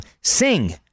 Sing